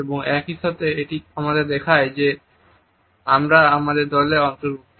এবং একই সাথে এটি আমাদের দেখায় যে আমরা আমাদের দলে অন্তর্ভুক্ত